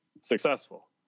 successful